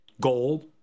Gold